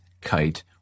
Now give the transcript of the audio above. kite